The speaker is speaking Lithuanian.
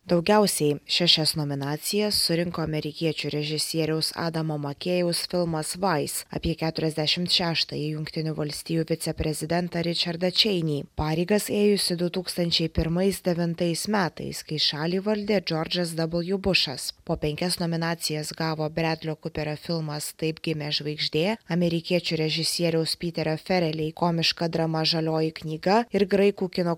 daugiausiai šešias nominacijas surinko amerikiečių režisieriaus adamo makėjaus filmas vais apie keturiasdešimt šeštąją jungtinių valstijų viceprezidentą ričardą čeinį pareigas ėjusį du tūkstančiai pirmais devintais metais kai šalį valdė džordžas dabalju bušas po penkias nominacijas gavo bredlio kuperio filmas taip gimė žvaigždė amerikiečių režisieriaus pyterio ferelei komiška drama žalioji knyga ir graikų kino